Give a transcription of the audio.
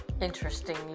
interesting